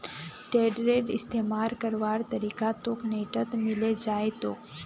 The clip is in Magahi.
टेडरेर इस्तमाल करवार तरीका तोक नेटत मिले जई तोक